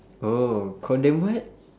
oh call them what